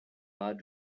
got